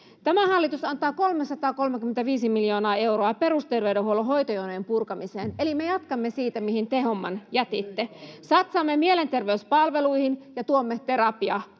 Tämä hallitus antaa 335 miljoonaa euroa perusterveydenhuollon hoitojonojen purkamiseen, eli me jatkamme siitä, mihin te homman jätitte. Satsaamme mielenterveyspalveluihin ja tuomme terapiatakuun.